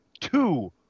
two